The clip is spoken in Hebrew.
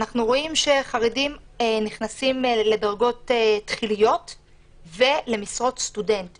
אנחנו רואים שחרדים נכנסים לדרגות תחיליות ולמשרות סטודנט.